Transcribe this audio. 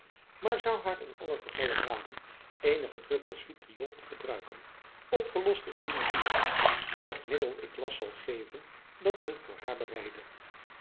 maar zou haar in allen gevalle raden eenige druppels vitriool te gebruiken opgelost in dun bier welk middel ik last zal geven dat men voor haar bereide